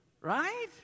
Right